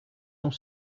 sont